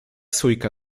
sójka